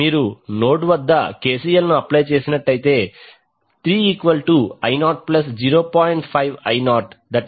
మీరు నోడ్ వద్ద KCL KCL apply చేస్తే 3I00